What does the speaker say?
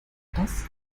das